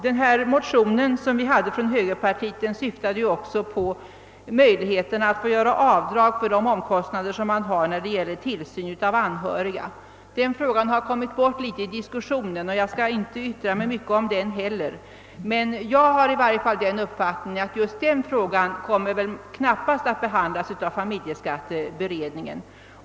Den motion som högerpartiet lade fram syftade också till möjligheterna att få göra avdrag för de omkostnader man har när det gäller tillsyn av anhörig. Den frågan har något kommit bort i diskussionen, och jag skall inte yttra mycket därom. Men jag är i varje fall av den uppfattningen att just den frågan knappast kommer att behandlas av familjeskatteberedningen.